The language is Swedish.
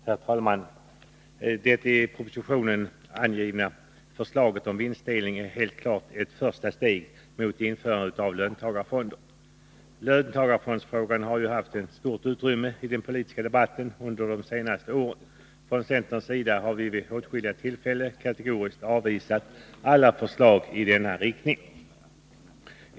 Herr talman! Det i propositionen angivna förslaget om vinstdelning är helt klart ett första steg mot införandet av löntagarfonder. Löntagarfondsfrågan har ju haft ett stort utrymme i den politiska debatten under de senaste åren. Från centerns sida har vi vid åtskilliga tillfällen kategoriskt avvisat alla förslag i denna riktning.